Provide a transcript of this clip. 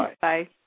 bye